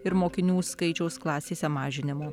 ir mokinių skaičiaus klasėse mažinimo